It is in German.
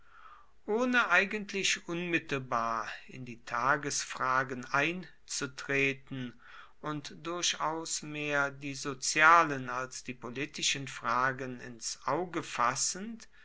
ohne eigentlich unmittelbar in die tagesfragen einzutreten und durchaus mehr die sozialen als die politischen fragen ins auge fassend